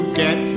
get